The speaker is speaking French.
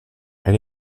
elle